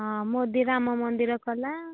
ହଁ ମୋଦି ରାମ ମନ୍ଦିର କଲା